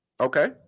Okay